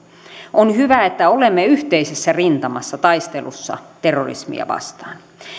on hyvä että olemme yhteisessä rintamassa taistelussa terrorismia vastaan